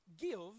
give